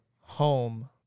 home